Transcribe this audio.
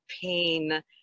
pain